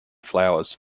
flowers